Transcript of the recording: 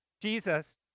Jesus